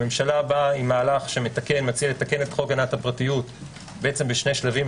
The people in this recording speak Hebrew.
הממשלה באה עם מהלך שמציע לתקן את חוק הגנת הפרטיות בשני שלבים.